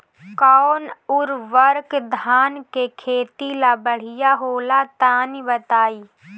कौन उर्वरक धान के खेती ला बढ़िया होला तनी बताई?